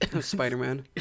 spider-man